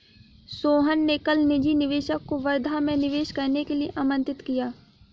सोहन ने कल निजी निवेशक को वर्धा में निवेश करने के लिए आमंत्रित किया